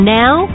now